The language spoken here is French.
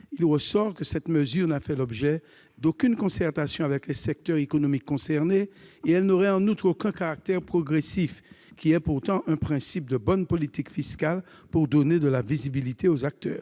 certaine. Cette mesure n'a fait l'objet d'aucune concertation avec les secteurs économiques concernés. En outre, elle n'aurait aucun caractère progressif, qui constitue pourtant un « principe de bonne politique fiscale pour donner de la visibilité aux acteurs